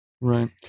Right